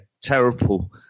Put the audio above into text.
Terrible